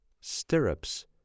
Stirrups